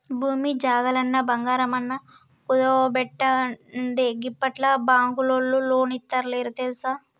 భూమి జాగలన్నా, బంగారమన్నా కుదువబెట్టందే గిప్పట్ల బాంకులోల్లు లోన్లిత్తలేరు తెల్సా